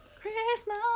Christmas